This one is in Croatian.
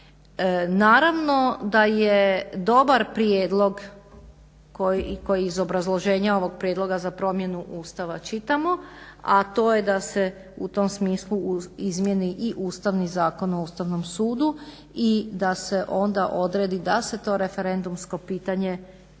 Naravno da je dobar prijedlog koji iz obrazloženja ovog prijedloga za promjenu Ustava čitamo, a to je da se u tom smislu izmijeni i Ustavni zakon o Ustavnom sudu i da se onda odredi da se to referendumsko pitanje